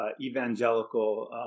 evangelical